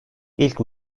i̇lk